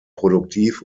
produktiv